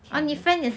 can